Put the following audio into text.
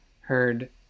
heard